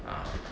uh